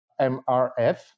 MRF